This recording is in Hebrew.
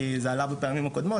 כי זה עלה בפעמים הקודמות,